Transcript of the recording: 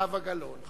זהבה גלאון.